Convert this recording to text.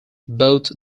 both